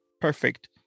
perfect